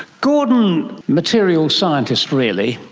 gordon, material scientist really,